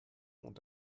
und